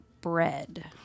bread